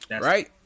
right